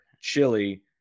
chili